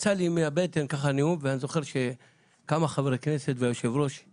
יצא לי מהבטן נאום ואני זוכר שכמה חברי כנסת והיושב-ראש